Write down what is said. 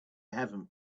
heaven